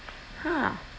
!huh!